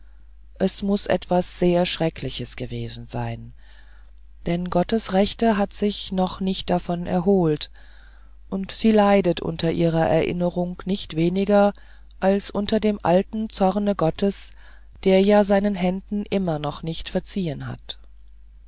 es muß etwas sehr schreckliches gewesen sein denn gottes rechte hat sich noch nicht davon erholt und sie leidet unter ihrer erinnerung nicht weniger als unter dem alten zorne gottes der ja seinen händen immer noch nicht verziehen hat